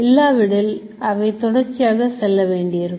இல்லாவிடில் அவை தொடர்ச்சியாக செல்லவேண்டியிருக்கும்